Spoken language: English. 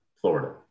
Florida